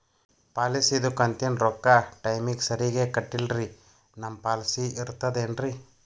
ಪಾಲಿಸಿದು ಕಂತಿನ ರೊಕ್ಕ ಟೈಮಿಗ್ ಸರಿಗೆ ಕಟ್ಟಿಲ್ರಿ ನಮ್ ಪಾಲಿಸಿ ಇರ್ತದ ಏನ್ರಿ?